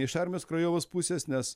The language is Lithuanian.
iš armijos krajovos pusės nes